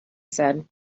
said